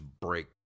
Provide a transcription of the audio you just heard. break